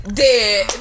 dead